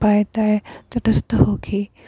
পাই তাই যথেষ্ট সুখী